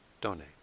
donate